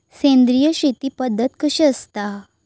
सेंद्रिय शेती पद्धत कशी असता?